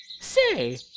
Say